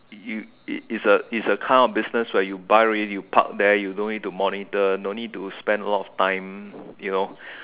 you is is a is a kind of business where you buy already you park there you don't need to monitor don't need to spend a lot of time you know